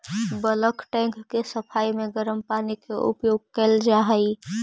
bulk tank के सफाई में गरम पानी के उपयोग कैल जा हई